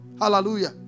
Hallelujah